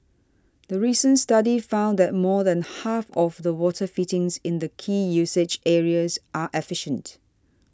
the recent study found that more than half of the water fittings in the key usage areas are efficient